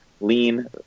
lean